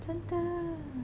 真的